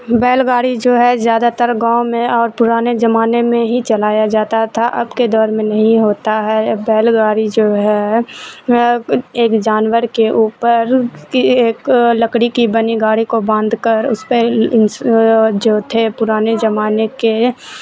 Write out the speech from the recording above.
بیل گاڑی جو ہے زیادہ تر گاؤں میں اور پرانے زمانے میں ہی چلایا جاتا تھا اب کے دور میں نہیں ہوتا ہے بیل گاڑی جو ہے ایک جانور کے اوپر کی ایک لکڑی کی بنی گاڑی کو باندھ کر اس پہ جو تھے پرانے زمانے کے